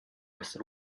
essere